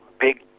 big